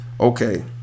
Okay